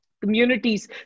communities